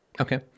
Okay